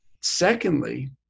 Secondly